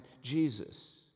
Jesus